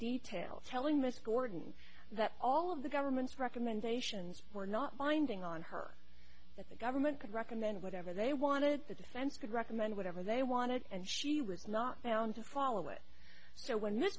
detail telling this gordon that all of the government's recommendations were not binding on her that the government could recommend whatever they wanted the defense could recommend whatever they wanted and she rips not bound to follow it so when